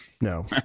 No